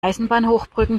eisenbahnhochbrücken